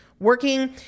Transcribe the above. working